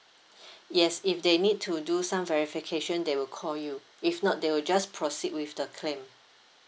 yes if they need to do some verification they will call you if not they will just proceed with the claim